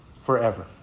Forever